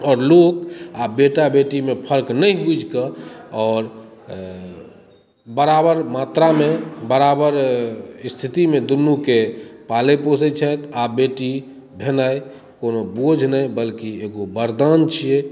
आओर लोक आब बेटा बेटीमे फर्क नहि बुझिके आओर बराबर मात्रामे बराबर स्थितिमे दुनूके पालैत पोषैत छथि आब बेटी भेनाइ कोनो बोझ नहि बल्कि एगो वरदान छियै